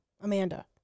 Amanda